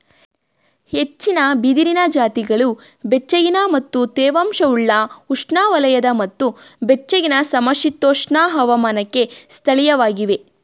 ಹೆಚ್ಚಿನ ಬಿದಿರಿನ ಜಾತಿಗಳು ಬೆಚ್ಚಗಿನ ಮತ್ತು ತೇವಾಂಶವುಳ್ಳ ಉಷ್ಣವಲಯದ ಮತ್ತು ಬೆಚ್ಚಗಿನ ಸಮಶೀತೋಷ್ಣ ಹವಾಮಾನಕ್ಕೆ ಸ್ಥಳೀಯವಾಗಿವೆ